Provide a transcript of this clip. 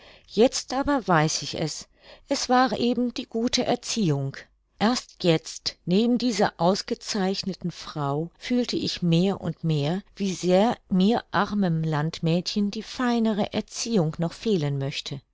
jetzt aber weiß ich es es war eben die gute erziehung erst jetzt neben dieser ausgezeichneten frau fühlte ich mehr und mehr wie sehr mir armen landmädchen die feinere erziehung noch fehlen möchte